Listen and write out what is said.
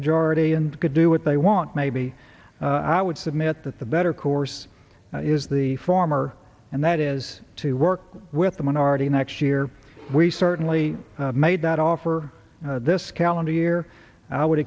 majority and could do what they want maybe i would submit that the better course is the former and that is to work with the minority next year we certainly made that offer this calendar year i would